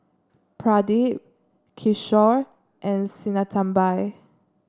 Pradip Kishore and Sinnathamby